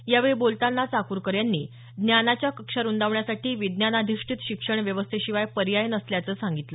यावेळी बोलतांना चाकूरकर यांनी ज्ञानाच्या कक्षा रूंदावण्यासाठी विज्ञानाधिष्ठीत शिक्षण व्यवस्थेशिवाय पर्याय नसल्याचं सांगितलं